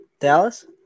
Dallas